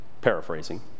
paraphrasing